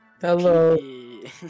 Hello